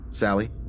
Sally